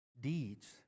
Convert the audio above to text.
deeds